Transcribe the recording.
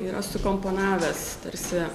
yra sukomponavęs tarsi